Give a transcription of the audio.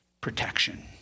protection